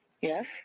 Yes